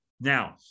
Now